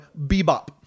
Bebop